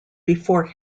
before